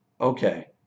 okay